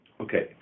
Okay